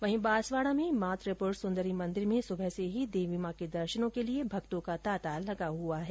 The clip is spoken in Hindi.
वहीं बांसवाड़ा में माँ त्रिपुरा सुन्दरी मॉन्दर में सुबह से ही देवी माँ के दर्शनों के लिए भक्तों का तांता लगा हुआ है